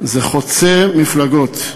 זה חוצה מפלגות.